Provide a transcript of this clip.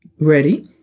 Ready